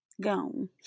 Gone